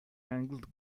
angled